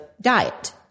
diet